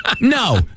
no